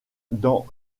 dans